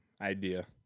idea